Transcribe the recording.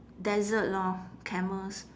desert lor camels